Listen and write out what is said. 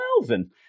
Melvin